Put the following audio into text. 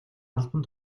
албан